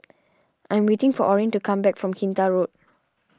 I'm waiting for Orrin to come back from Kinta Road